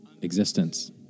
existence